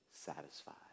satisfied